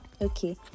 Okay